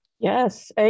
Yes